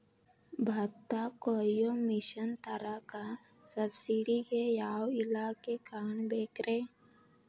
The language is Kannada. ಭತ್ತ ಕೊಯ್ಯ ಮಿಷನ್ ತರಾಕ ಸಬ್ಸಿಡಿಗೆ ಯಾವ ಇಲಾಖೆ ಕಾಣಬೇಕ್ರೇ?